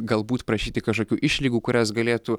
galbūt prašyti kažkokių išlygų kurias galėtų